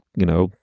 you know,